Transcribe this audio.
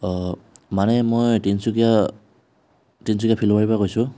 মানে মই তিনিচুকীয়া তিনিচুকীয়া ফিলৌবাৰীৰ পৰা কৈছোঁ